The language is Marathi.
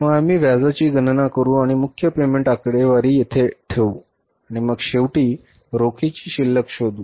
तर मग आम्ही व्याजाची गणना करू आणि मुख्य पेमेंट आकडेवारी येथे ठेवू आणि मग शेवटी रोखीची शिल्लक शोधु